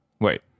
Wait